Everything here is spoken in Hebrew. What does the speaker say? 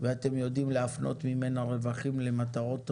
ואתם יודעים להפנות ממנה רווחים למטרות טובות,